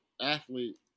athlete